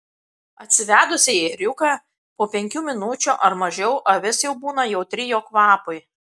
atsivedusi ėriuką po penkių minučių ar mažiau avis jau būna jautri jo kvapui